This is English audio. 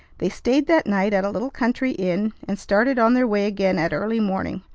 they stayed that night at a little country inn, and started on their way again at early morning,